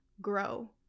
grow